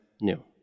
new